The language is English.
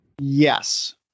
Yes